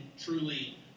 truly